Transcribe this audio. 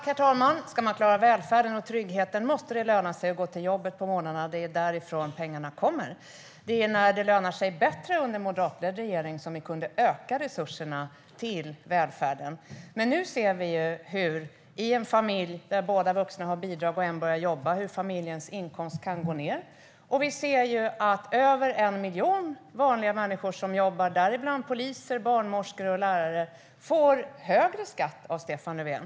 Herr talman! Om man ska klara välfärden och tryggheten måste det löna sig att gå till jobbet på morgnarna, för därifrån kommer pengarna. När det under en moderatledd regering lönade sig bättre kunde vi öka resurserna till välfärden. Men i en familj där båda vuxna har bidrag och en börjar jobba ser vi nu hur familjens inkomst kan gå ned. Vi ser också att över 1 miljon vanliga människor som jobbar, däribland poliser, barnmorskor och lärare, får högre skatt av Stefan Löfven.